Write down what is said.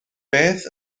beth